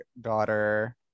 daughter